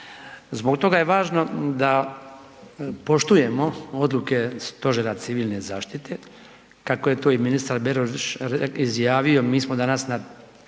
Zbog toga je važno da poštujemo odluke Stožera civilne zaštite kako je to i ministar Beroš izjavio mi smo danas na